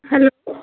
hello